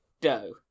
doe